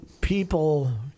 people